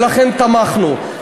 ולכן תמכנו.